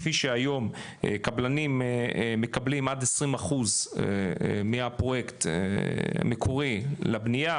כפי שהיום קבלנים מקבלים עד 20 אחוז מהפרויקט מקורי לבנייה,